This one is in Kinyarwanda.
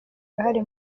uruhare